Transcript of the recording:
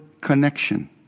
connection